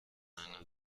eine